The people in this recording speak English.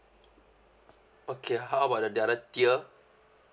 okay how about the the other tier